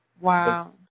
Wow